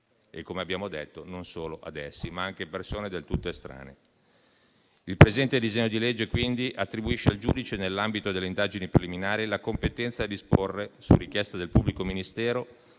e, come abbiamo detto, non solo ad essi, ma anche a persone del tutto estranee. Il presente disegno di legge attribuisce quindi al giudice, nell'ambito delle indagini preliminari, la competenza a disporre, su richiesta del pubblico ministero,